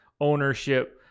ownership